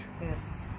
Yes